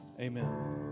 Amen